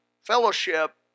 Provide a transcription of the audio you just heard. fellowship